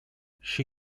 she